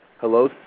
Hello